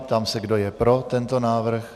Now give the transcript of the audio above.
Ptám se, kdo je pro tento návrh.